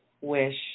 wish